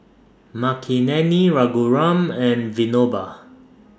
Makineni Raghuram and Vinoba